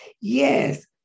Yes